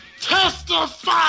TESTIFY